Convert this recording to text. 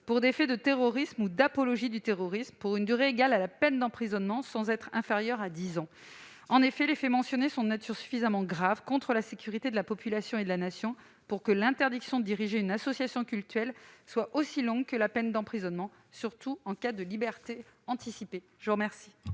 pour des faits de terrorisme ou d'apologie du terrorisme pour une durée égale à la peine d'emprisonnement, sans être inférieure à dix ans. En effet, les faits mentionnés sont de nature suffisamment grave, à l'encontre de la sécurité de la population et de la Nation, pour que l'interdiction de diriger une association cultuelle soit aussi longue que la peine d'emprisonnement, surtout en cas de libération anticipée. Quel